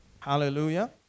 Hallelujah